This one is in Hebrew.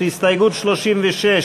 ההסתייגות של קבוצת סיעת ש"ס,